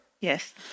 Yes